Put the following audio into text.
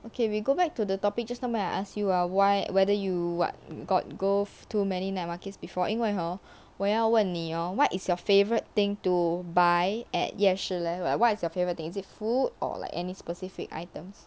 okay we go back to the topic just now where I ask you ah why whether you what got go too many night markets before 应为 hor 我要问你 hor what is your favourite thing to buy at 夜市 leh like what's your favourite things is it food or like any specific items